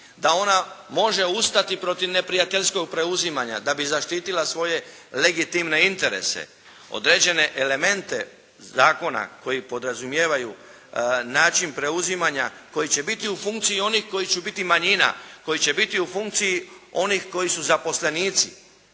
Da ona može ustati protiv neprijateljskog preuzimanja da bi zaštitila svoje legitimne interese. Određene elemente zakona koji podrazumijevaju način preuzimanja koji će biti u funkciji onih koji će biti manjina. Koji će biti u funkciji onih koji su zaposlenici.